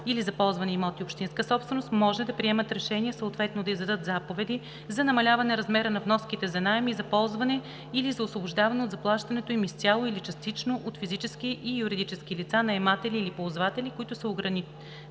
или за ползване имоти – общинска собственост, може да приемат решения, съответно да издадат заповеди за намаляване размера на вноските за наем и за ползване или за освобождаване от заплащането им изцяло или частично от физически и юридически лица – наематели или ползватели, които са ограничили